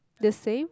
the same